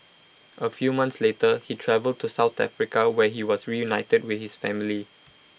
A few months later he travelled to south Africa where he was reunited with his family